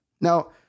Now